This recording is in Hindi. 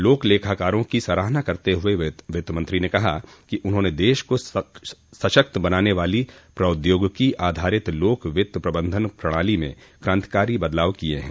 लोक लेखाकारों की सराहना करते हुए वित्तमंत्री ने कहा कि उन्होंने देश को सशक्त बनाने वाली प्रौद्योगिकी आधारित लोक वित्त प्रबंधन प्रणाली में क्रांतिकारी बदलाव किये हैं